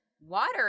Water